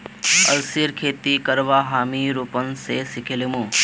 अलसीर खेती करवा हामी रूपन स सिखे लीमु